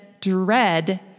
dread